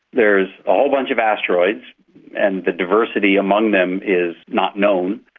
there's a whole bunch of asteroids and the diversity among them is not known,